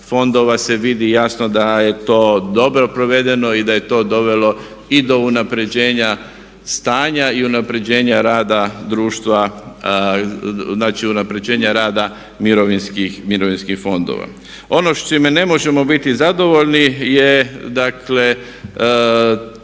se vidi jasno da je to dobro provedeno i da je to dovelo i do unapređenja stanja i unapređenja rada društva znači unapređenja rada mirovinskih fondova. Ono s čime ne možemo biti zadovoljni je dakle